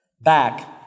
back